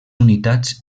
unitats